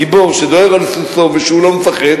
הגיבור שדוהר על סוסו והוא לא מפחד,